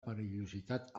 perillositat